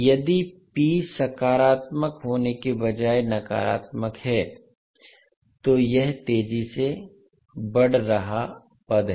यदि p सकारात्मक होने के बजाय नकारात्मक है तो यह तेजी से बढ़ रहा पद है